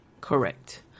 Correct